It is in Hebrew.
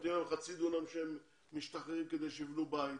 נותנים להם חצי דונם כשהם משתחררים כדי שיבנו בית,